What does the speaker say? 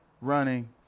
running